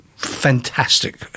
fantastic